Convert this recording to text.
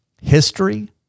history